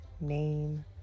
name